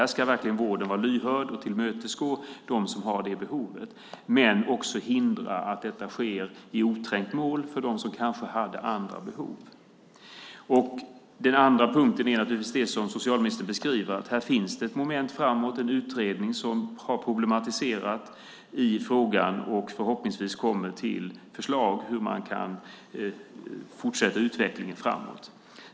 Här ska vården verkligen vara lyhörd och tillmötesgå dem som har det behovet, men också hindra att detta sker i oträngt mål för dem som kanske hade andra behov. Den andra punkten är naturligtvis det som socialministern beskriver, att här finns ett moment framåt. En utredning har problematiserat frågan, och förhoppningsvis kommer det förslag om hur man kan fortsätta utvecklingen framåt.